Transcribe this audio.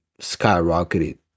skyrocketed